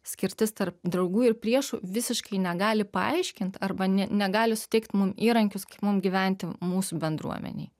skirtis tarp draugų ir priešų visiškai negali paaiškint arba ne negali suteikt mum įrankius kaip mums gyventi mūsų bendruomenėj